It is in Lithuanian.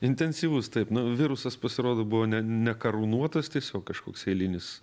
intensyvus taip na virusas pasirodo buvo ne nekarūnuotas tiesiog kažkoks eilinis